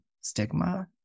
stigma